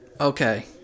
Okay